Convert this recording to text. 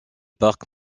parc